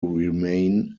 remain